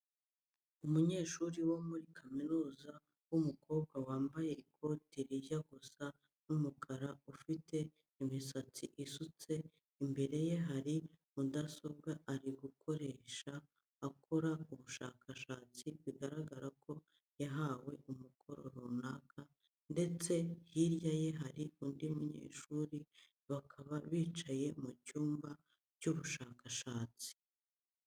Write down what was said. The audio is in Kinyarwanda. Umunyeshuri wo muri kaminuza w'umukobwa, wambaye ikoti rijya gusa umukara, ufite imisatsi isutse, imbere ye hari mudasobwa ari gukoresha akora ubushakashatsi bigaragara ko yahawe umukoro runaka ndetse hirya ye hari undi munyeshuri bakaba bicaye mu cyumba cy'ubushakashatsi.